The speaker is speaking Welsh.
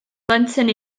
blentyn